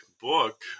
book